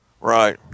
Right